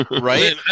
right